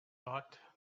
thought